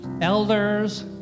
elders